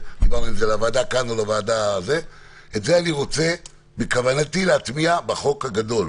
את זה בכוונתי להטמיע בחוק הגדול,